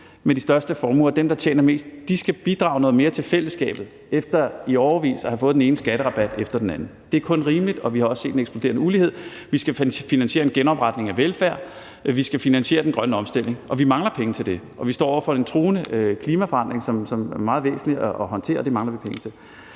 med de største formuer, dem, der tjener mest, der skal bidrage noget mere til fællesskabet efter i årevis at have fået den ene skatterabat efter den anden. Det er kun rimeligt, og vi har jo også set en eksploderende ulighed. Vi skal finansiere en genopretning af velfærden, og vi skal finansiere den grønne omstilling, og vi mangler penge til det. Vi står over for en truende klimaforandring, som det er meget væsentligt at håndtere, og det mangler vi penge til.